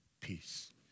peace